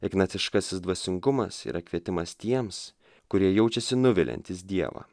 ignaciškasis dvasingumas yra kvietimas tiems kurie jaučiasi nuviliantys dievą